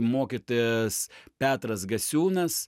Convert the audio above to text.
mokytojas petras gasiūnas